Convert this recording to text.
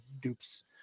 dupes